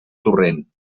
torrent